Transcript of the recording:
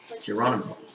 Geronimo